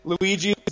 Luigi